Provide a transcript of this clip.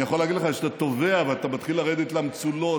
אני יכול להגיד לך שכשאתה טובע ואתה מתחיל לרדת למצולות